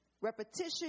repetition